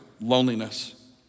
loneliness